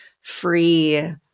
free